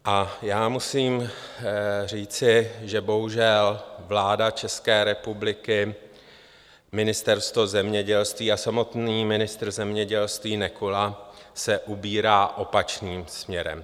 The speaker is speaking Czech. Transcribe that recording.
A já musím říci, že bohužel vláda České republiky, Ministerstvo zemědělství a samotný ministr zemědělství Nekula se ubírá opačným směrem.